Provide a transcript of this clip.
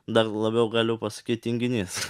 dar labiau galiu pasakyt tinginys